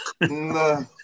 No